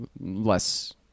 less